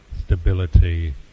stability